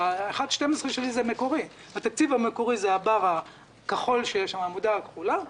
ה-1/12 שלי הוא מהתקציב המקורי זה העמודה הכחולה,